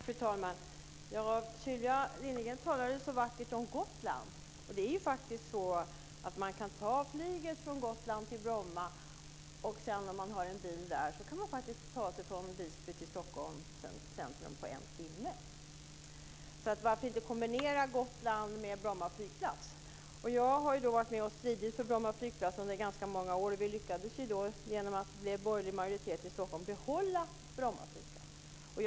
Fru talman! Sylvia Lindgren talade så vackert om Gotland. Man kan ta flyget från Gotland till Bromma, och om man har en bil där kan man faktiskt ta sig från Visby till Stockholms centrum på en timme. Varför inte kombinera Gotlandstrafiken med Bromma flygplats? Jag har varit med och stridit för Bromma flygplats under många år, och vi lyckades genom att det blev borgerlig majoritet i Stockholm att behålla Bromma flygplats.